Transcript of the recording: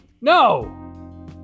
No